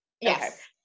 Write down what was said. Yes